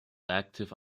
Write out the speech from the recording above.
active